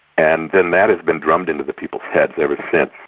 and then that has been drummed into the people's heads ever since.